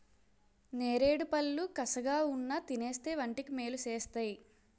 నేరేడుపళ్ళు కసగావున్నా తినేస్తే వంటికి మేలు సేస్తేయ్